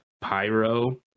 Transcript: Pyro